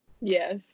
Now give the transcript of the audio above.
yes